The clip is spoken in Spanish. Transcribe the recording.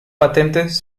patentes